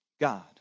God